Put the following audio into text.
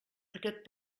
aquest